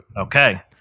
Okay